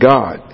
God